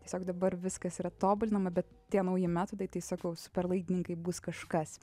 tiesiog dabar viskas yra tobulinama bet tie nauji metodai tai sakau superlaidininkai bus kažkas